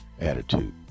attitude